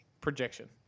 projection